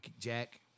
Jack